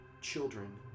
children